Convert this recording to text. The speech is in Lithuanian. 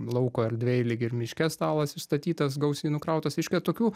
lauko erdvėj lyg ir miške stalas išstatytas gausiai nukrautas reiškia tokių